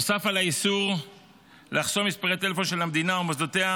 נוסף על האיסור לחסום מספרי טלפון של המדינה ומוסדותיה